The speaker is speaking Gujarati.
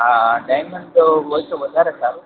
અ ડાયમંડ હોય તો વધારે સારું